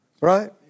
Right